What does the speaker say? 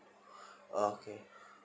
okay